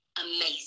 amazing